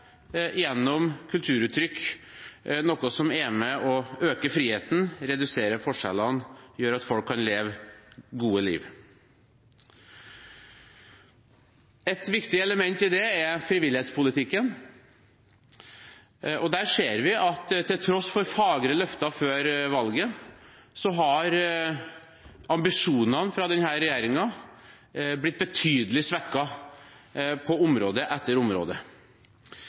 gjennom kulturuttrykk, noe som er med på å øke friheten, redusere forskjellene og gjøre at folk kan leve gode liv. Et viktig element i det er frivillighetspolitikken. Der ser vi at til tross for fagre løfter før valget har ambisjonene hos denne regjeringen blitt betydelig svekket på område etter område.